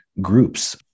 groups